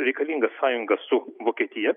reikalinga sąjunga su vokietija